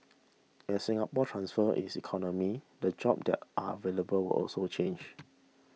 as Singapore transfer its economy the jobs that are available will also change